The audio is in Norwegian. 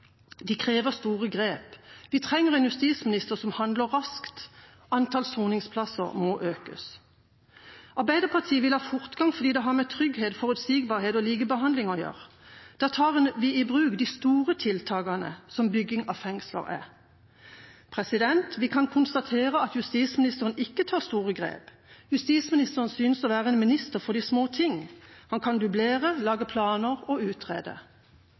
De krever store grep. Vi trenger en justisminister som handler raskt. Antallet soningsplasser må økes. Arbeiderpartiet vil ha fortgang fordi det har med trygghet, forutsigbarhet og likebehandling å gjøre. Da tar vi i bruk de store tiltakene, som bygging av fengsler er. Vi kan konstatere at justisministeren ikke tar store grep. Justisministeren synes å være en minister for de små ting. Han kan dublere, lage planer og utrede.